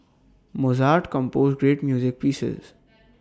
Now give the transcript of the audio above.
Mozart composed great music pieces